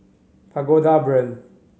Pagoda Brand